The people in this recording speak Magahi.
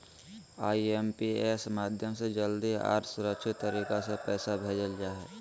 आई.एम.पी.एस माध्यम से जल्दी आर सुरक्षित तरीका से पैसा भेजल जा हय